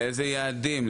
לאיזה יעדים,